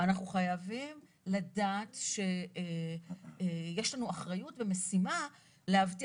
אנחנו חייבים לדעת שיש לנו אחריות ומשימה להבטיח.